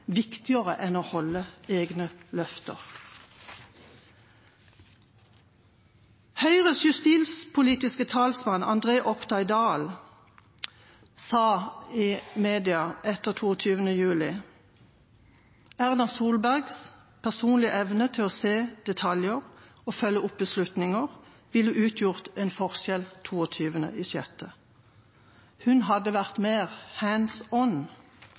viktigere enn å holde egne løfter. Høyres justispolitiske talsmann, André Oktay Dahl, sa til media etter 22. juli at Erna Solbergs personlige evne til å se detaljer og følge opp beslutninger ville utgjort en forskjell. Hun hadde vært mer